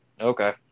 okay